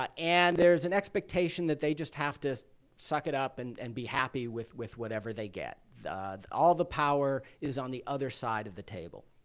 ah and there's an expectation that they just have to suck it up and and be happy with with whatever they get. all the power is on the other side of the table.